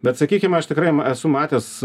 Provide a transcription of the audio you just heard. bet sakykime aš tikrai esu matęs